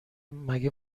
مگه